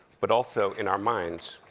but also in our minds.